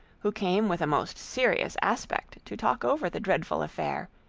who came with a most serious aspect to talk over the dreadful affair,